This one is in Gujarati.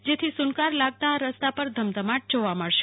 જેથી સુ નકાર લાગતા આ રસ્તા પર ધમધમાટ જોવા મળશે